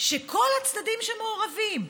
שכל הצדדים שמעורבים,